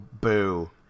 boo